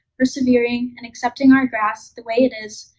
persevering and accepting our grass the way it is,